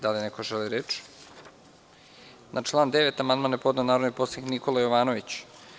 Da li neko želi reč? (Ne.) Na član 9. amandman je podneo narodni poslanik Nikola Jovanović.